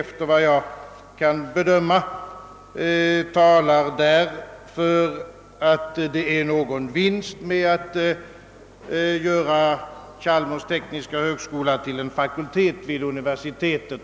Efter vad jag kan bedöma talar inget för att man skulle vinna något på att göra Chalmers tekniska högskola till en fakultet vid universitetet.